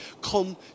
come